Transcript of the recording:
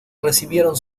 recibieron